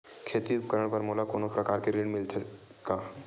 खेती उपकरण बर मोला कोनो प्रकार के ऋण मिल सकथे का?